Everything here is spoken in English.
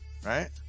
Right